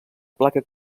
placa